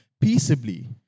peaceably